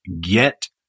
get